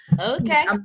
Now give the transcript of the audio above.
okay